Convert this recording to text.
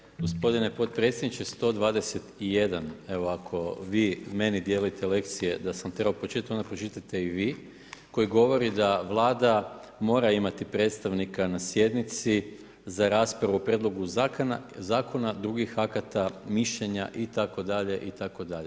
Članak je gospodine potpredsjedniče 121. evo ako vi meni dijelite lekcije, da sam trebao pročitati, onda pročitajte i vi, koji govori da Vlada mora imati predstavnika na sjednici za raspravu o prijedlogu zakona, drugih akata, mišljenja, itd., itd.